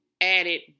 Added